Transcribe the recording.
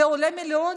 זה עולה מיליונים.